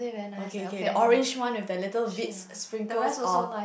okay okay the orange one with the little bits sprinkles of